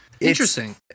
interesting